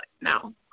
No